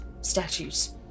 statues